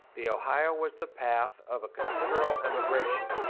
the ohio was the path of a considerable emigration.